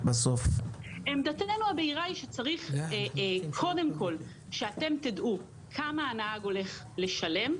עמדתנו היא שצריך קודם כול שאתם תדעו כמה הנהג הולך לשלם.